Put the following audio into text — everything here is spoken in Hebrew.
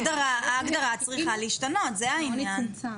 ההגדרה צריכה להשתנות, זה העניין.